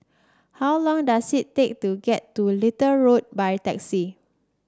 how long does it take to get to Little Road by taxi